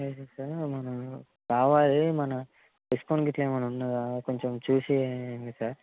లేదు సార్ మన కావాలి మన డిస్కౌంట్ గిట్లా ఏమన్న ఉందా కొంచెం చూసి వేయండి సార్